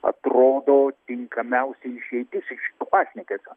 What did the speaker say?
atrodo tinkamiausia išeitis iš šito pašnekesio